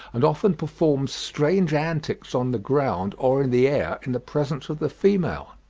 and often performs strange antics on the ground or in the air, in the presence of the female.